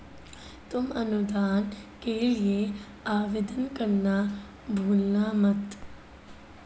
तुम अनुदान के लिए आवेदन करना भूलना मत